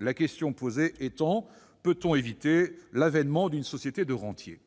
la question posée étant : peut-on éviter l'avènement d'une société de rentiers ?